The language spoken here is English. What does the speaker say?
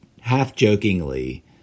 half-jokingly